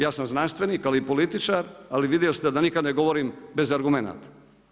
Ja sam znanstvenik, ali i političar, ali vidjeli ste da nikada ne govorim bez argumenata.